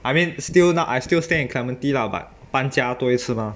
I mean still now I still stay in clementi lah but 搬家多一次 mah